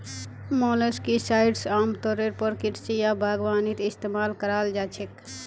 molluscicides आमतौरेर पर कृषि या बागवानीत इस्तमाल कराल जा छेक